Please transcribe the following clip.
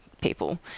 people